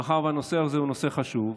מאחר שהנושא הזה הוא נושא חשוב,